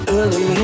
Early